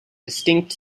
distinct